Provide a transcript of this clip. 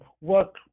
work